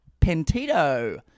Pentito